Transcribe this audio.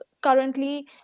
currently